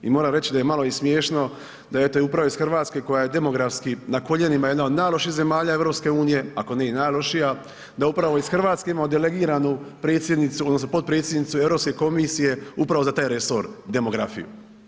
I moram reći da je malo i smiješno da upravo iz Hrvatske koja je demografski na koljenima jedna od najlošijih zemalja EU, ako ne i najlošija da upravo iz Hrvatske imamo delegiranu predsjednicu odnosno potpredsjednicu Europske komisije upravo za taj resor, demografiju.